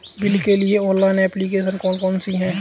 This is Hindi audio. बिल के लिए ऑनलाइन एप्लीकेशन कौन कौन सी हैं?